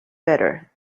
better